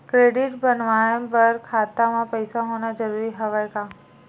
Credit बनवाय बर खाता म पईसा होना जरूरी हवय का?